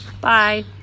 Bye